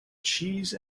cheese